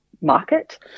market